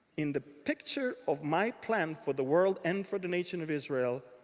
in the picture of my plan for the world, and for the nation of israel,